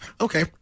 Okay